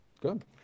Good